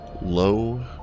low